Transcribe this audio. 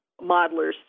modelers